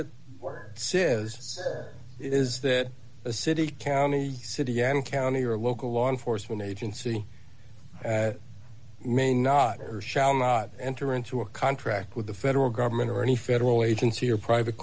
words says it is that a city county city and county or local law enforcement agency may not or shall not enter into a contract with the federal government or any federal agency or private